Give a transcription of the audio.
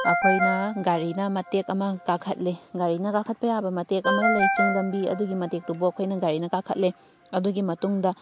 ꯑꯩꯈꯣꯏꯅ ꯒꯥꯔꯤꯅ ꯃꯇꯦꯛ ꯑꯃ ꯀꯥꯈꯠꯂꯤ ꯒꯥꯔꯤꯅ ꯀꯥꯈꯠꯄ ꯌꯥꯕ ꯃꯇꯦꯛ ꯑꯃ ꯂꯩ ꯆꯤꯡꯂꯝꯕꯤ ꯑꯗꯨꯒꯤ ꯃꯇꯦꯛꯇꯨꯐꯥꯎ ꯑꯩꯈꯣꯏꯅ ꯒꯥꯔꯤꯅ ꯀꯥꯈꯠꯂꯤ ꯑꯗꯨꯒꯤ ꯃꯇꯨꯡꯗ